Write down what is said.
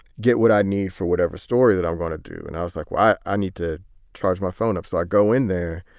get what i need for whatever story that i'm going to do. and i was like, why i need to charge my phone up? so i go in there.